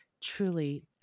truly